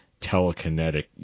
telekinetic